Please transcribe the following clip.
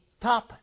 top